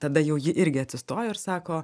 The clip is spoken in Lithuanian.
tada jau ji irgi atsistojo ir sako